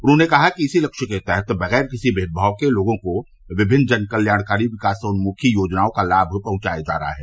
उन्होंने कहा कि इसी लक्ष्य के तहत बगैर किसी भेदभाव के लोगों को विभिन्न जनकल्याणकारी और विकासोन्मुखी योजनाओं का लाम पहुंचाया जा रहा है